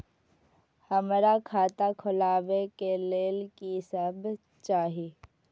हमरा खाता खोलावे के लेल की सब चाही?